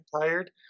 tired